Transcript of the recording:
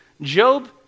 Job